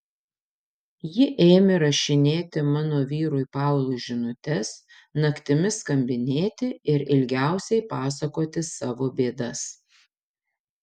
ji ėmė rašinėti mano vyrui paului žinutes naktimis skambinėti ir ilgiausiai pasakotis savo bėdas